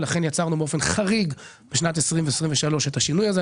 יצרנו באופן חריג בשנת 2023 את השינוי הזה.